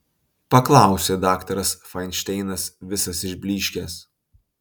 paklausė daktaras fainšteinas visas išblyškęs